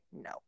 No